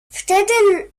wtedy